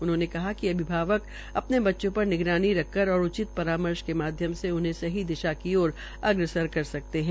उन्होंने कहा कि अभिभावक अपने बच्चों पर निगरानी रखकर और उचित परामर्श के माध्यम से उन्हे सही दिशा की ओर अग्रसर कर सकते हैं